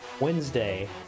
Wednesday